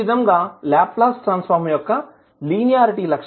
ఈ విధంగా Laplace transform యొక్క లీనియారిటీ లక్షణం ని చూడవచ్చు